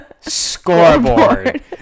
Scoreboard